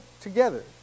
together